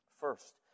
First